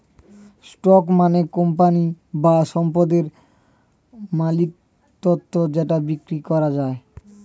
stock মানে company বা সম্পদের মালিকত্ব যেটা বিক্রি করা যায়